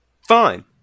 Fine